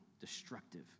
destructive